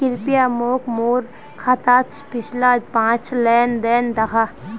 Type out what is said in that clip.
कृप्या मोक मोर खातात पिछला पाँच लेन देन दखा